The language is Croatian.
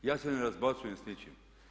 Ja se ne razbacujem s ničim.